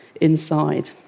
inside